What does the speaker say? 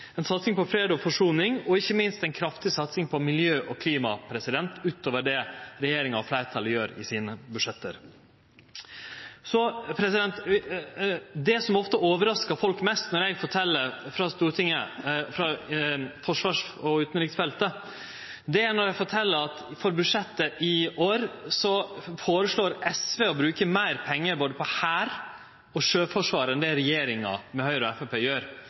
ein svært viktig del av bistanden – ei satsing på fred og forsoning og ikkje minst ei kraftig satsing på miljø og klima utover det regjeringa og fleirtalet har i sine budsjett. Det som ofte overraskar folk mest når eg fortel frå forsvars- og utanriksfeltet i Stortinget, er når eg fortel at for budsjettet i år føreslår SV å bruke meir pengar både på Hæren og på Sjøforsvaret enn det regjeringa med Høgre og Framstegspartiet gjer.